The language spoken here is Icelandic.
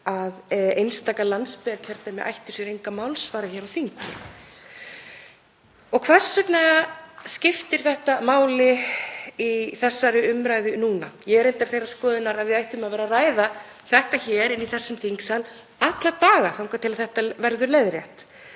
að einstaka landsbyggðarkjördæmi ættu sér enga málsvara hér á þingi. Hvers vegna skiptir þetta máli í þessari umræðu núna? Ég er reyndar þeirrar skoðunar að við ættum að vera að ræða þetta hér í þessum þingsal alla daga þangað til þetta verður leiðrétt.